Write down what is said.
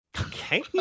Okay